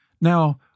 Now